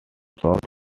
south